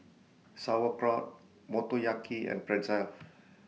Sauerkraut Motoyaki and Pretzel